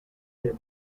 their